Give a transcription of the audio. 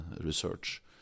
research